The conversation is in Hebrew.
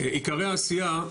עיקרי העשייה,